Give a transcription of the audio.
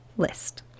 list